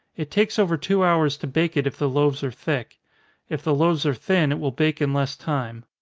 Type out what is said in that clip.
it takes over two hours to bake it if the loaves are thick if the loaves are thin, it will bake in less time.